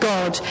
God